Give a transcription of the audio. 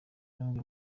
nubwo